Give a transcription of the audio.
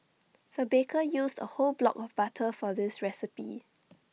the baker used A whole block of butter for this recipe